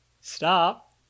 stop